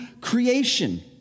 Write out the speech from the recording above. creation